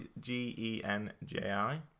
g-e-n-j-i